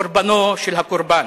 קורבנו של הקורבן.